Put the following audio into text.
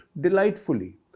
delightfully